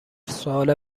سوال